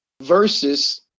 versus